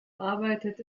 arbeitet